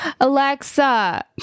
alexa